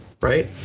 right